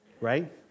right